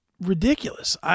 ridiculous